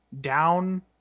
down